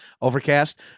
overcast